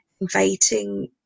inviting